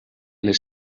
les